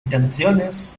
canciones